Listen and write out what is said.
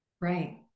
Right